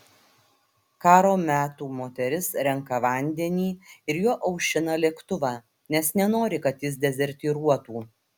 karo metų moteris renka vandenį ir juo aušina lėktuvą nes nenori kad jis dezertyruotų